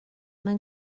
mewn